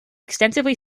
extensively